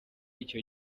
icyo